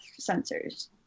sensors